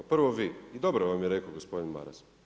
Prvo vi, dobro vam je rekao gospodin Maras.